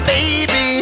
Baby